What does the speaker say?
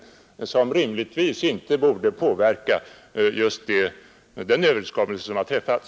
Det bör rimligtvis inte påverka den överenskommelse som har träffats.